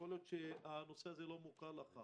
ויכול להיות שהנושא הזה לא מוכר לך.